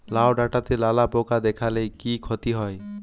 লাউ ডাটাতে লালা পোকা দেখালে কি ক্ষতি হয়?